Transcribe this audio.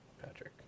Patrick